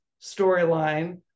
storyline